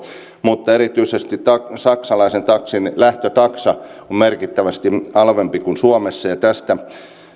mutta erityisesti saksalaisen taksin lähtötaksa on merkittävästi halvempi kuin suomessa ja tästä syystä